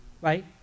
Right